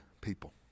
people